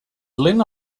lena